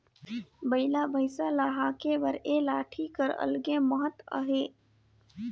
बइला भइसा ल हाके बर ए लाठी कर अलगे महत अहे